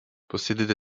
possédaient